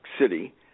city